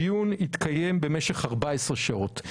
הדיון התקיים במשך 14 שעות.